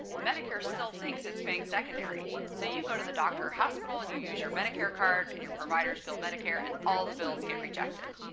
medicare still thinks it's paying secondary. so you go to the doctor or hospital, and you use your medicare card, and your providers bill medicare, and all the bills get rejected.